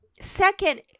Second